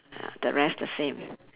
uh the rest the same